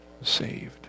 saved